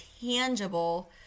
tangible